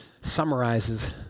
summarizes